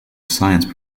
science